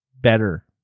better